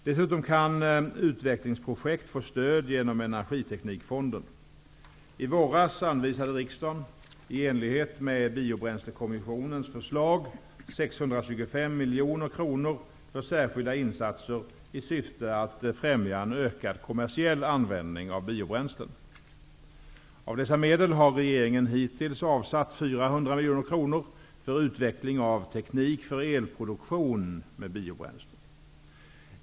Dessutom kan utvecklingsprojekt få stöd genom energiteknikfonden. I våras anvisade riksdagen i enlighet med Biobränslekommissionens förslag 625 miljoner kronor för särskilda insatser i syfte att främja en ökad kommersiell användning av biobränslen. Av dessa medel har regeringen hittills avsatt 400 miljoner kronor för utveckling av teknik för elproduktion med biobränslen.